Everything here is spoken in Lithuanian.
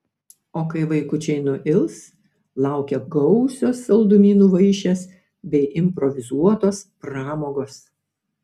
o kai vaikučiai nuils laukia gausios saldumynų vaišės bei improvizuotos pramogos